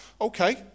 okay